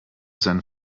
sein